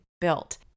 built